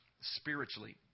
spiritually